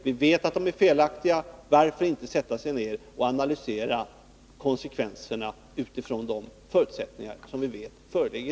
Vi vet nu att de är felaktiga — varför då inte analysera konsekvenserna med utgångspunkt i de förutsättningar som i dag föreligger?